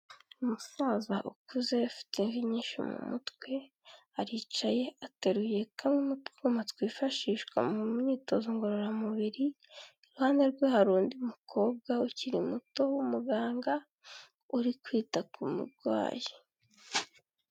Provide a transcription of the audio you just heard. Umusaza ukuze afite imvi nyinshi mu mutwe aricaye ateruye utwuma twifashishwa mu myitozo ngororamubiri iruhande rwe hari undi mukobwa ukiri muto w'umuganga uri kwita ku murwayi.